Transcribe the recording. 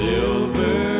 Silver